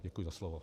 Děkuji za slovo.